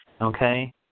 okay